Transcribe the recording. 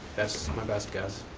that's my best guess.